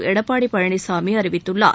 எடப்பாடி பழனிசாமி அறிவித்துள்ளார்